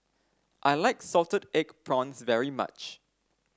I like Salted Egg Prawns very much